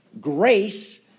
grace